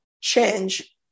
change